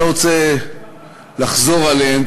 אני לא רוצה לחזור עליהם,